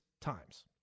times